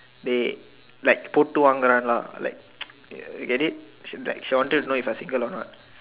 they like put to lah like you get it like she wanted to know if I single or not